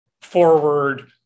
forward